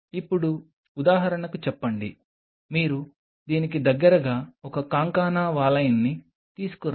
ఇప్పుడు ఉదాహరణకు చెప్పండి మీరు దీనికి దగ్గరగా ఒక కాంకానా వాలైన్ని తీసుకురండి